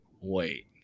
wait